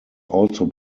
also